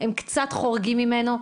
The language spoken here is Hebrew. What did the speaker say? הם קצת חורגים ממנו.